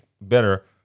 better